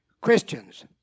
Christians